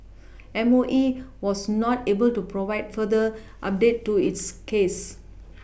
M O E was not able to provide further update to it's case